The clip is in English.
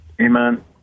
Amen